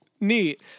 Neat